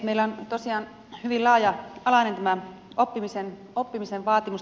meillä on tosiaan hyvin laaja alainen tämä oppimisen vaatimusten kirjo